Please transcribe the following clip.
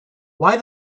why